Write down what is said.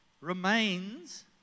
remains